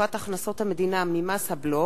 פיצויים לחיילי צה"ל נפגעי נחל הקישון,